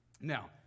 Now